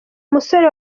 musore